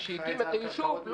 כשהקימה את היישוב,